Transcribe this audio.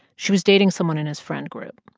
she was dating someone in his friend group.